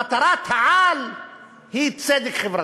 מטרת-העל היא צדק חברתי.